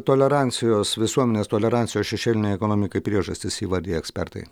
tolerancijos visuomenės tolerancijos šešėlinei ekonomikai priežastis įvardija ekspertai